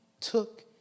took